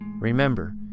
Remember